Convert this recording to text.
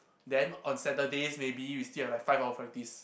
then on Saturdays maybe we still have like five hours practice